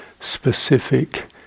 specific